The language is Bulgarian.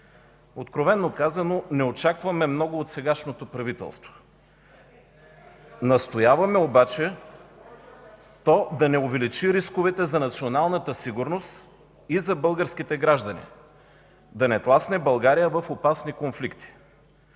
Откровено казано, не очакваме много от сегашното правителство. (Възгласи от ГЕРБ: „Еееее!”) Настояваме обаче то да не увеличи рисковете за националната сигурност и за българските граждани, да не тласне България в опасни конфликти.